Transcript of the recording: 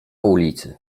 ulicy